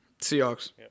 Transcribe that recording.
Seahawks